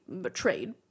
betrayed